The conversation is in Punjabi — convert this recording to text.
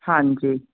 ਹਾਂਜੀ